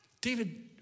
David